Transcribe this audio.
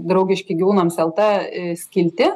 draugiški gyvūnams lt skiltį